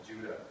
Judah